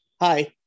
Hi